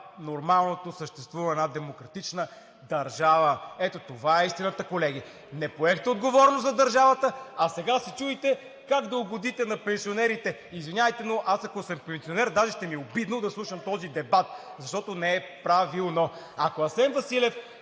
нормалното съществуване на една демократична държава. Ето това е истината, колеги – не поехте отговорност за държавата, а сега се чудите как да угодите на пенсионерите! Извинявайте, но ако аз съм пенсионер, даже ще ми е обидно да слушам този дебат, защото не е правилно. Ако Асен Василев